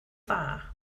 dda